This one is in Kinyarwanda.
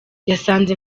yasanze